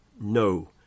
no